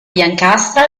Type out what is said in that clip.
biancastra